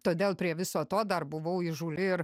todėl prie viso to dar buvau įžūli ir